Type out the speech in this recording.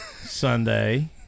sunday